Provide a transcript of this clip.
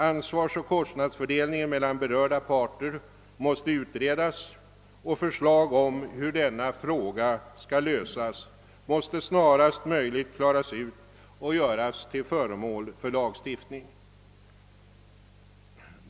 Ansvarsoch kostnadsfördelningen mellan berörda parter måste utredas och förslag om hur denna fråga skall lösas måste snarast möjligt klaras ut och göras till föremål för lagstiftning.